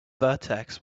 vertex